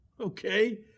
okay